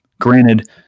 granted